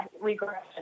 regression